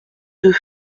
deux